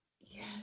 Yes